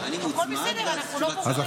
אני מוצמד, ואז תשובת שר.